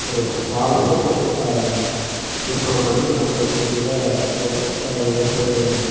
ஒரு ஸ்டால் போட்டு விற்பனை பண்ணி மக்களுக்கு மத்தியில் போட்டு அது விற்பனையை